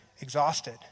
exhausted